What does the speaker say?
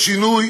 יש שינוי